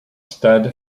stade